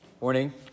Morning